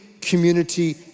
community